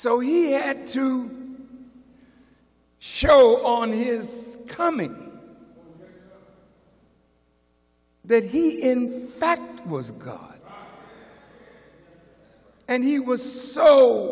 so he had to show on his coming that he in fact was god and he was so